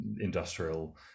industrial